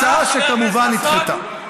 הצעה שכמובן נדחתה.